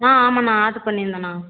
ஆ ஆமாம்ண்ணா ஆட்ரு பண்ணிருந்தேண்ணா